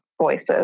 voices